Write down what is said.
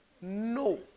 no